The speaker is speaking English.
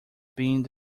being